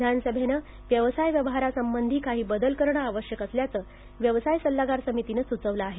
विधानसभेने व्यवसायाशी व्यवहारांसंबंधी काही बदल करणं आवश्यक असल्याचं व्यवसाय सल्लागार समितीनं सुचवलं आहे